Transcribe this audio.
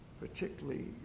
particularly